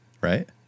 right